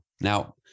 Now